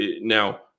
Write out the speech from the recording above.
Now